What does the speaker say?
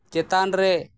ᱪᱮᱛᱟᱱ ᱨᱮ